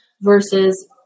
versus